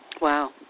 Wow